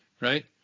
right